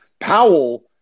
Powell